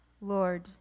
Lord